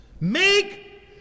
Make